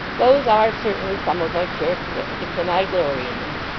those are certainly some of my characteristics, and i glory in them